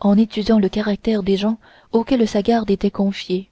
en étudiant le caractère des gens auxquels sa garde était confiée